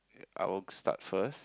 I'll start first